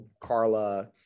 Carla